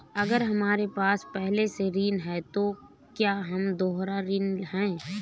अगर हमारे पास पहले से ऋण है तो क्या हम दोबारा ऋण हैं?